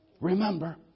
remember